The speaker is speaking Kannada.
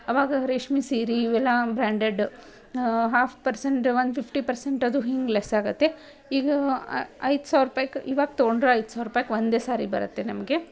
ಅವಾಗ ರೇಷ್ಮೆ ಸೀರೆ ಇವೆಲ್ಲ branded half percent one fifty percent ಅದು ಹಿಂಗೆ ಲೆಸ್ ಆಗುತ್ತೆ ಈಗ ಐದು ಸಾವಿರ ರೂಪಾಯ್ಗ್ ಇವಾಗ ತಗೊಂಡರೆ ಐದು ಸಾವಿರ ರೂಪಾಯ್ಗ್ ಒಂದೇ ಸಾರಿ ಬರುತ್ತೆ ನಮಗೆ